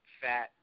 fat